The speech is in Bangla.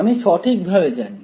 আমি সঠিকভাবে জানি